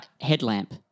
headlamp